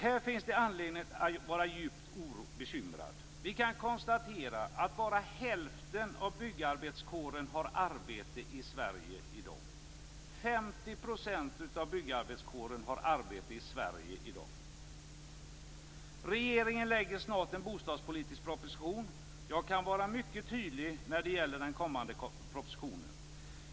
Här finns det anledning att vara djupt bekymrad. Vi kan konstatera att bara hälften av byggarbetskåren har arbete i Sverige i dag. Regeringen lägger snart fram en bostadspolitisk proposition. Jag kan vara mycket tydlig när det gäller den kommande propositionen.